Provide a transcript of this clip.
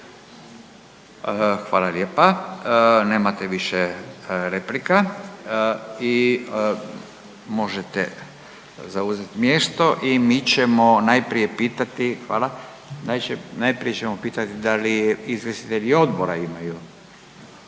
Hvala lijepa. Nemate više replika i možete zauzeti mjesto i mi ćemo najprije pitati. Hvala. Najprije ćemo pitati da li izvjestitelji odbora imaju?